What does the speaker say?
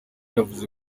yavuze